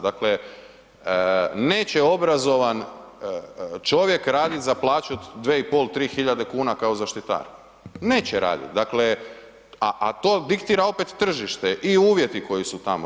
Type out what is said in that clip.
Dakle, neće obrazovan čovjek raditi za plaću od 2,5-3.000 kuna kao zaštitar, neće raditi, dakle a to diktira opet tržište i uvjeti koji su tamo.